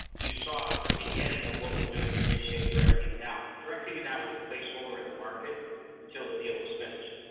you saw at the beginning of what we're doing to reshape directv now. directv now is a placed order in the market until the deal was finished.